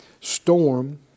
storm